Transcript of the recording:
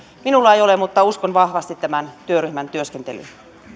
minulla ei ole mutta uskon vahvasti tämän työryhmän työskentelyyn